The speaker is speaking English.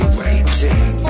waiting